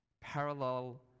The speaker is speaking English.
parallel